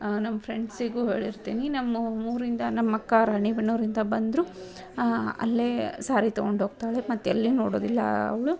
ನಮ್ಮ ಫ್ರೆಂಡ್ಸಿಗೂ ಹೇಳಿರ್ತೀನಿ ನಮ್ಮ ಊರಿಂದ ನಮ್ಮ ಅಕ್ಕ ರಾಣಿಬೆನ್ನೂರಿಂದ ಬಂದರೂ ಅಲ್ಲೇ ಸಾರಿ ತಗೊಂಡು ಹೋಗ್ತಾಳೆ ಮತ್ತೆಲ್ಲಿ ನೋಡೋದಿಲ್ಲ ಅವಳು